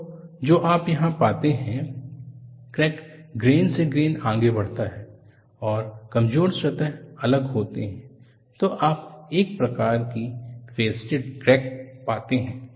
तो जो आप यहां पाते हैं क्रैक ग्रेन से ग्रेन आगे बढ़ाता है और कमजोर सतह अलग होते हैं तो आप एक प्रकार की फैस्टिड क्रैक पाते हैं